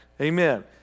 Amen